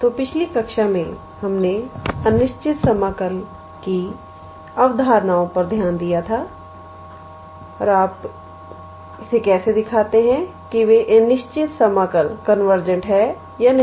तो पिछली कक्षा में हमने अनिश्चित समाकल की अवधारणाओं पर ध्यान दिया था और आप कैसे दिखाते हैं कि वे अनिश्चित समाकल कन्वर्जेंट हैं या नहीं